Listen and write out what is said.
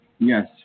Yes